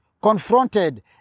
confronted